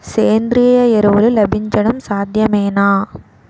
సేంద్రీయ ఎరువులు లభించడం సాధ్యమేనా?